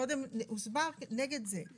קודם הוסבר נגד זה.